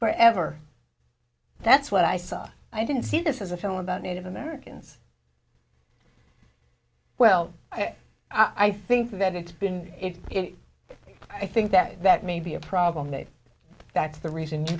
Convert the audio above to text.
forever that's what i saw i didn't see this as a film about native americans well i think that it's been it i think that that may be a problem that that's the reason you